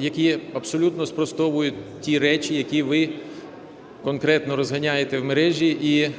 які абсолютно спростовують ті речі, які ви конкретно розганяєте в мережі.